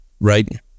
right